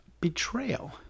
Betrayal